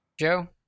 Joe